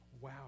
Wow